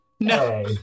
No